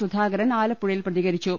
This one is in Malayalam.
സുധാകരൻ ആലപ്പുഴയിൽ പ്രതികരിച്ചു